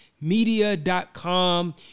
media.com